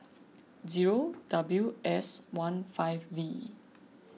zero W S one five V